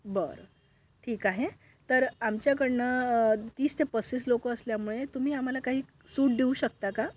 बर ठीक आहे तर आमच्याकडनं तीस ते पस्तीस लोक असल्यामुळे तुम्ही आम्हाला काही सूट देऊ शकता का